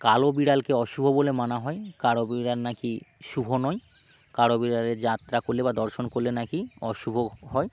কালো বিড়ালকে অশুভ বলে মানা হয় কালো বিড়াল না কি শুভ নয় কারো বিড়ালে যাত্রা করলে বা দর্শন করলে না কি অশুভ হয়